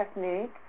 technique